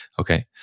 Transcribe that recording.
Okay